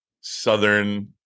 southern